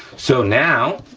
so now,